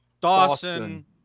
Dawson